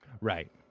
Right